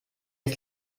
ist